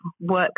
work